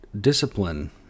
discipline